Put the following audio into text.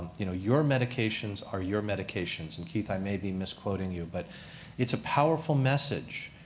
you know your medications are your medications. and keith, i may be misquoting you. but it's a powerful message.